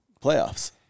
playoffs